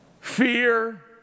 fear